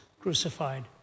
crucified